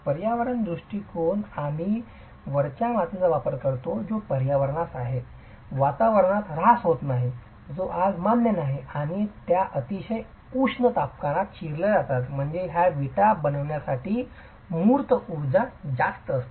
पर्यावरणीय दृष्टीकोन आम्ही वरच्या मातीचा वापर करतो जो पर्यावरणास आहे वातावरणात र्हास होत नाही जो आज मान्य नाही आणि त्या अतिशय उष्ण तापमानात चिरलेला जातात म्हणजेच या विटा बनविण्यातील मूर्त उर्जा जास्त आहे